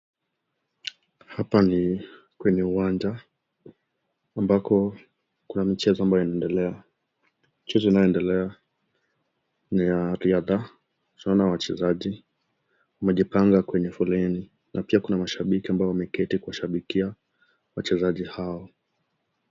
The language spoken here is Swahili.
Hapa ni kwenye uwanja, ambako Kuna mchezo ambayo inaendelea . Ambako kuna Mchezo inaendelea. Mchezo inayoendelea ni ya riadha . Naona wachezaji wamejipanga na riadha wamejipanga katika foleni na pia mashababiki wanashabikia wanariadha Hawa.